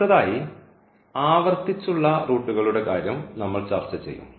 അടുത്തതായി ആവർത്തിച്ചുള്ള റൂട്ടുകളുടെ കാര്യം നമ്മൾ ചർച്ച ചെയ്യും